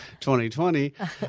2020